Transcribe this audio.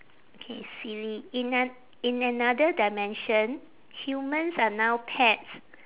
okay silly in an~ in another dimension humans are now pets